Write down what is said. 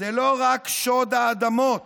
זה לא רק שוד האדמות,